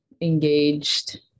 engaged